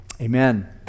Amen